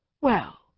Well